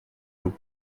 d’eau